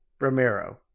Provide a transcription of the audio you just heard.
Ramiro